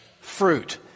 fruit